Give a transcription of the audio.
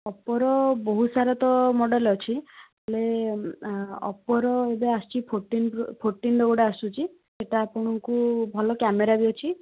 ଓପୋର ବହୁତସାରା ତ ମଡ଼େଲ୍ ଅଛି ମାନେ ଓପୋର ଏବେ ଆସିଛି ଫୋର୍ଟିନପ୍ରୋ ଫୋଟିନ୍ର ଗୋଟେ ଆସୁଛି ସେଇଟା ଆପଣଙ୍କୁ ଭଲ କ୍ୟାମେରା ବି ଅଛି